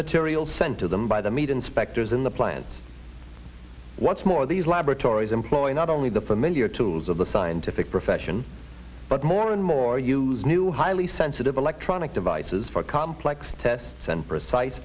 material sent to them by the meat inspectors in the plants what's more these laboratories employ not only the familiar tools of the scientific profession but more and more use new highly sensitive electronic devices for complex tests and precise